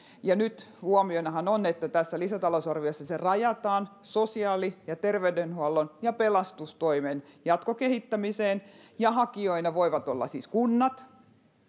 huomionahan nyt on että tässä lisätalousarviossa se rajataan sosiaali ja terveydenhuollon ja pelastustoimen jatkokehittämiseen ja hakijoina voivat siis olla kunnat